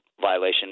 violation